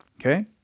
okay